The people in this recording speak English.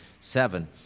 seven